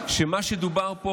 שמה שמדובר פה,